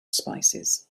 spices